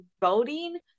voting